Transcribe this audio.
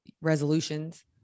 resolutions